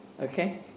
Okay